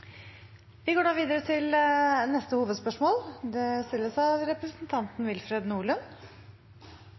Vi går videre til neste hovedspørsmål.